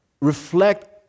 Reflect